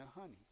Honey